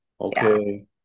Okay